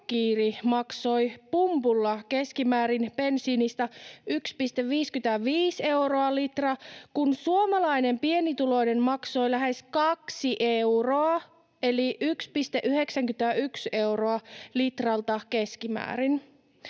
maksoi pumpulla keskimäärin bensiinistä 1,55 euroa/litra, kun suomalainen pienituloinen maksoi lähes kaksi euroa eli 1,91 euroa litralta keskimäärin.